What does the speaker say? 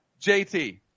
JT